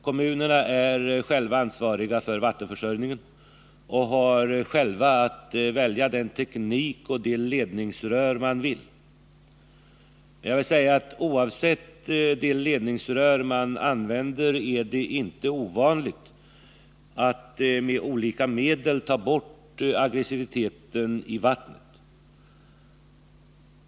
Kommunerna är själva ansvariga för vattenförsörjningen och har själva att välja den teknik och de ledningsrör de önskar. Oavsett vilka ledningsrör man använder är det f. ö. inte ovanligt att man med olika medel tar bort aggressiviteten i vattnet.